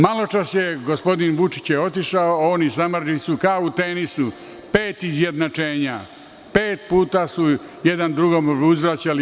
Maločas je gospodin Vučić koji je otišao, on i Samardžić su kao u tenisu, pet izjednačenja, pet puta su jedan drugome uzvraćali.